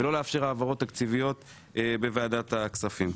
ולא לאפשר העברות תקציביות בוועדת הכספים.